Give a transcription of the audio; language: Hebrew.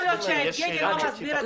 סליחה, יכול להיות שיבגני לא מסביר את עצמו.